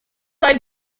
live